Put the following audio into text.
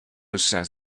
says